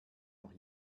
noch